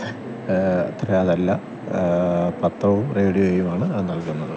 അത്ര അതല്ല പത്രവും റേഡിയോയുമാണ് അതു നൽകുന്നത്